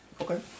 Okay